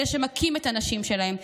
אלה שמכים את הנשים שלהם,